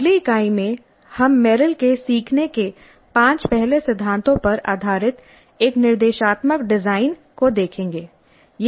अगली इकाई में हम मेरिल के सीखने के पांच पहले सिद्धांतों पर आधारित एक निर्देशात्मक डिजाइन को देखेंगे